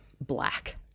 black